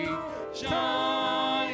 shine